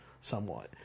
somewhat